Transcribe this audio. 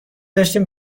داشتیم